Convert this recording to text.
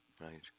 Right